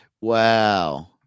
wow